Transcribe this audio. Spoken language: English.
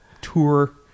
tour